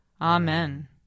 Amen